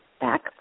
back